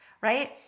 right